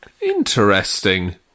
Interesting